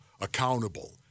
accountable